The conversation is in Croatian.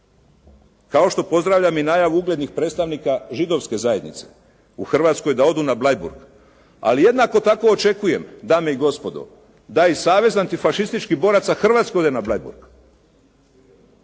Kao što pozdravljam i najavu uglednih predstavnika židovske zajednice da odu na Bleiburg, ali jednako tako očekujem dame i gospodo da i Savez antifašističkih boraca Hrvatske ode na Bleiburg.